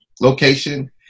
location